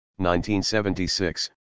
1976